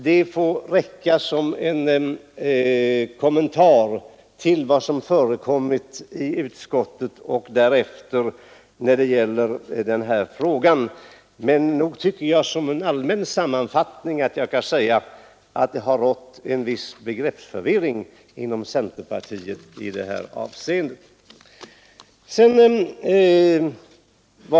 Detta får räcka som en kommentar till vad som förekommit i utskottet och därefter när det gäller denna fråga, men som allmän sammanfattning måste jag säga att en viss begreppsförvirring i detta avseende rått inom centerpartiet.